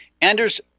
Anders